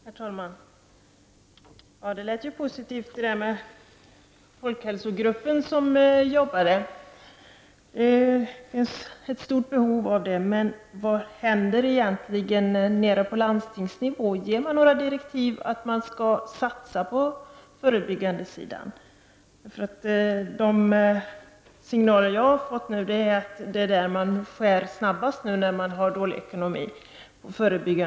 Herr talman! Det lät ju positivt att folkhälsogruppen jobbade. Det finns ett stort behov av det. Men vad händer egentligen nere på landstingsnivå? Ger man några direktiv om att man skall satsa på förebyggandesidan? De signaler som jag har fått är att det är på förebyggandesidan man skär snabbast nu när man har dålig ekonomi.